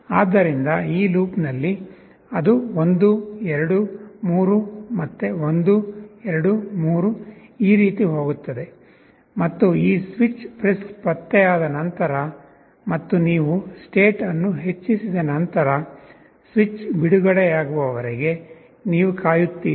ಆದ್ದರಿಂದ ಈ ಲೂಪ್ನಲ್ಲಿ ಅದು 1 2 3 ಮತ್ತೆ 1 2 3 ಈ ರೀತಿ ಹೋಗುತ್ತದೆ ಮತ್ತು ಈ ಸ್ವಿಚ್ ಪ್ರೆಸ್ ಪತ್ತೆಯಾದ ನಂತರ ಮತ್ತು ನೀವು state ಅನ್ನು ಹೆಚ್ಚಿಸಿದ ನಂತರ ಸ್ವಿಚ್ ಬಿಡುಗಡೆಯಾಗುವವರೆಗೆ ನೀವು ಕಾಯುತ್ತೀರಿ